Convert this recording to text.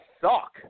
suck